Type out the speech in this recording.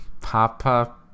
Papa